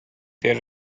there